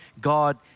God